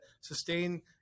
sustain